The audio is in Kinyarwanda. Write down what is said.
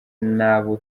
n’abo